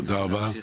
תודה רבה.